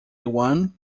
one